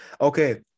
Okay